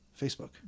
Facebook